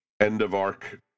end-of-arc